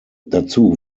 dazu